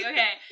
Okay